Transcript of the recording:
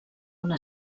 una